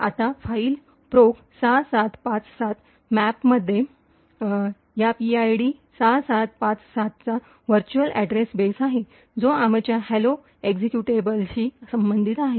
आता file proc ६७५७ मॅप्समध्ये file proc 6757maps या पीआयडी ६७५७ चा व्हर्च्युअल अॅड्रेस बेस आहे जो आमच्या हॅलो एक्जीक्यूटेबलशी संबंधित आहे